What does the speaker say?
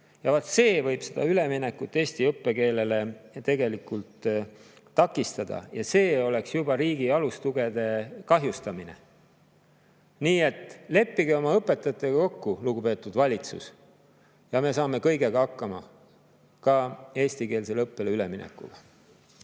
takistada üleminekut eesti õppekeelele ja see oleks juba riigi alustugede kahjustamine. Nii et leppige oma õpetajatega kokku, lugupeetud valitsus, ja me saame kõigega hakkama, ka eestikeelsele õppele üleminekuga.